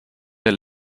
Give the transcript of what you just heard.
der